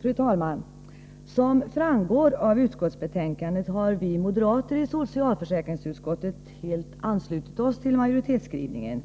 Fru talman! Som framgår av utskottsbetänkandet har vi moderater i socialförsäkringsutskottet helt anslutit oss till majoritetsskrivningen.